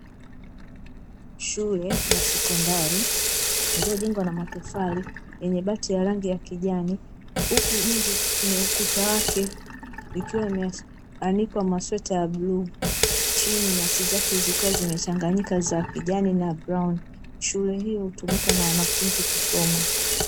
Shule ya sekondari iliyojengwa na matofali yenye bati ya rangi ya kijani, huku nje kwenye ukuta wake ikiwa imeanikwa masweta ya bluu na chini nyasi zake zikiwa zimechanganyika rangi ya kijani na brauni, shule hii hutumika na wanafunzi kusoma.